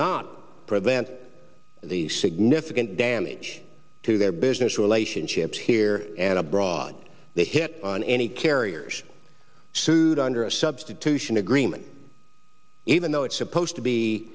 not prevent the significant damage to their business relationships here and abroad they hit on any carriers sued under a substitution agreement even though it's supposed to be